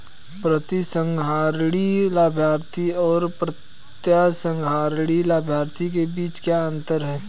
प्रतिसंहरणीय लाभार्थी और अप्रतिसंहरणीय लाभार्थी के बीच क्या अंतर है?